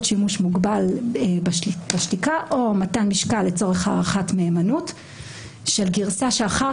שימוש מוגבל בשתיקה או מתן משקל לצורך הערכת מהימנות של גרסה שאחר